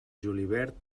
julivert